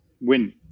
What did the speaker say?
win